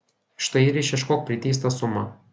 štai ir išieškok priteistą sumą